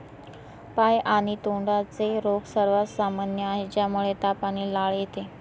पाय आणि तोंडाचे रोग सर्वात सामान्य आहेत, ज्यामुळे ताप आणि लाळ येते